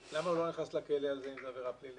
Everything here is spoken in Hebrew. למה הוא לא נכנס על זה לכלא, אם זאת עבירה פלילית?